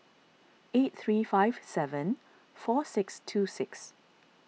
eight three five seven four six two six